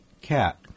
Cat